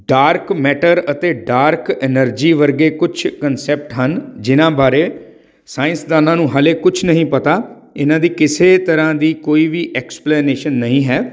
dark matter ਅਤੇ dark energy ਵਰਗੇ ਕੁਛ ਕਨਸੈਪਟ ਹਨ ਜਿਨ੍ਹਾਂ ਬਾਰੇ ਸਾਇੰਸਦਾਨਾਂ ਨੂੰ ਹਾਲੇ ਕੁਛ ਨਹੀਂ ਪਤਾ ਇਹਨਾਂ ਦੀ ਕਿਸੇ ਤਰ੍ਹਾਂ ਦੀ ਕੋਈ ਵੀ ਐਕਸਪਲੇਨੇਸ਼ਨ ਨਹੀਂ ਹੈ